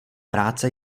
práce